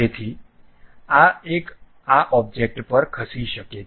તેથી આ એક આ ઓબ્જેક્ટ પર ખસી શકે છે